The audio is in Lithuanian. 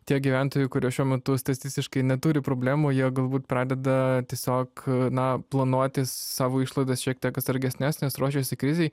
tie gyventojai kurie šiuo metu statistiškai neturi problemų jie galbūt pradeda tiesiog na planuotis savo išlaidas šiek tiek atsargesnes nes ruošiasi krizei